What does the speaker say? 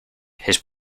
his